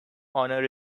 honour